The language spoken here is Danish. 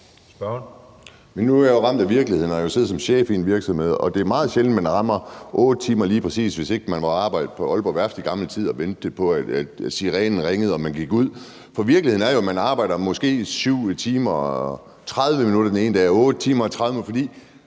nu er jeg ramt af virkeligheden, og jeg har jo siddet som chef i en virksomhed, og det er meget sjældent, at man lige præcis rammer 8 timer – hvis ikke man var på arbejde på Aalborg Værft i gamle dage og ventede på, at sirenen lød, så man kunne gå. Virkeligheden er jo, at man arbejder måske 7 timer og 30 minutter den ene dag og 8 timer og 30 minutter den